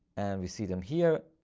and we see them here.